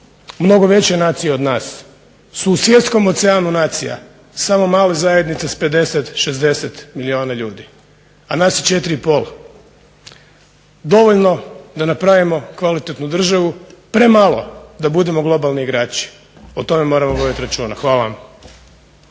mnogo veće nacije od nas su u svjetskom oceanu nacija samo mala zajednica s 50, 60 milijuna ljudi. A nas je 4,5 milijuna – dovoljno da napravimo kvalitetnu državu, premalo da budemo globalni igrači. O tome moramo voditi računa. Hvala vam.